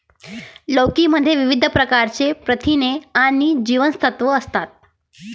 लौकी मध्ये विविध प्रकारची प्रथिने आणि जीवनसत्त्वे असतात